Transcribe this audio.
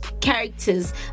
characters